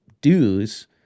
dues